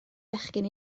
bechgyn